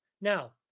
Now